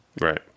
right